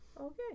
okay